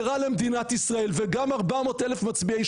זה רע למדינת ישראל וגם 400 אלף מצביעי